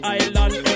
island